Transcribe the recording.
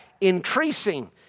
increasing